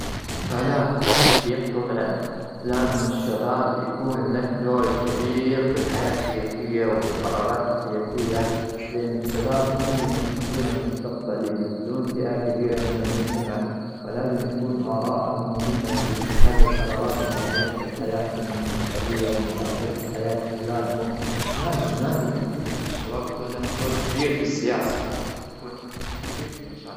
بلاء، أكيد، طبعا، لازم الشباب يكون له دور كبير في الحياة السياسية وفي القرارات السياسية؛ لأن الشباب هم اللي يمثلون المستقبل، يمثلون فئة كبيرة من المجتمع. فلازم تكون آراؤهم مهمة في اتخاذ القرارات المتعلقة بحياتهم المستقبلية، والمتعلقة بحياة أولادهم. لازم-لازم أكيد يعني الشباب يكون لهم دور كبير في السياسة. يكون لهم دور كبير في.